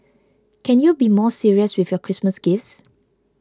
can you be more serious with your Christmas gifts